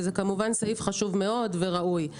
וזה כמובן סעיף חשוב מאוד וראוי.